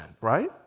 right